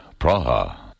Praha